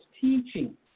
teaching